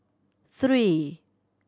three